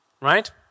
Right